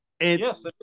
Yes